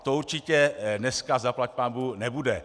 To určitě dneska zaplaťpánbůh nebude.